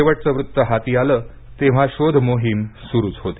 शेवटचं वृत्त हाती आलं तेव्हा शोध मोहीम सुरूच होती